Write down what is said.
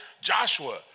Joshua